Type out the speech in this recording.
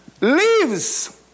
lives